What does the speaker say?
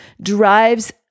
drives